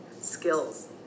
skills